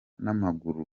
n’amaguru